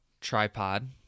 tripod